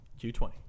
Q20